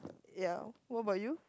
ya what about you